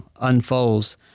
unfolds